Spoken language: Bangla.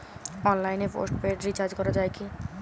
অনলাইনে পোস্টপেড রির্চাজ করা যায় কি?